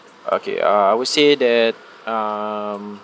okay uh I would say that um